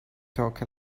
talk